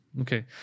Okay